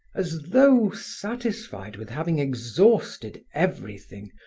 as though satisfied with having exhausted everything,